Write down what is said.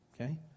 Okay